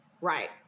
Right